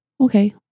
Okay